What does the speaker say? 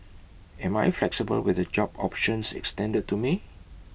am I flexible with the job options extended to me